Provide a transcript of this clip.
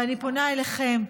ואני פונה אליכם,